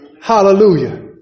Hallelujah